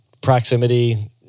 proximity